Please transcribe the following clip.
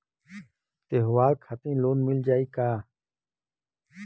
त्योहार खातिर लोन मिल जाई का?